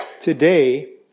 today